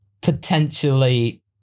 potentially